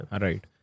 Right